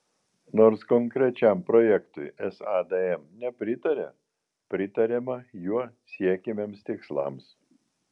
nors konkrečiam projektui sadm nepritaria pritariama juo siekiamiems tikslams